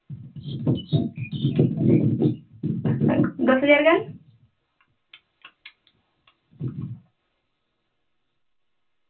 ᱫᱚᱥ ᱦᱟᱡᱟᱨ ᱜᱟᱱ